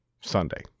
Sunday